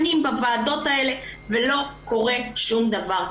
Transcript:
שנים בוועדות האלה ולא קורה שום דבר,